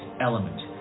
element